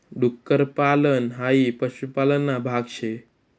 डुक्कर पालन हाई पशुपालन ना भाग शे